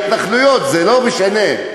לא, היא מגינה על ההתנחלויות, זה לא משנה.